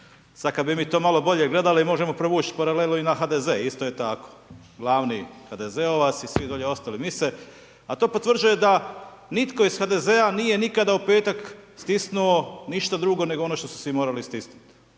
Sada kada bi mi to malo bolje gledali, možemo povući paralelu i na HDZ-e isto je tako. Glavni HDZ-ovac i svi dolje ostali misle, a to potvrđuje da nitko iz HDZ-a nije nikada u petak stisnuo ništa drugo nego ono što su svi morali stisnuti,